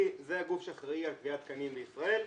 זה הגוף שאחראי על קביעת תקנים לישראל.